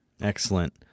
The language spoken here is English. Excellent